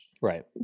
right